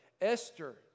Esther